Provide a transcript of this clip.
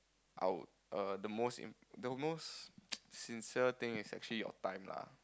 I would err the most the most sincere thing is actually your time lah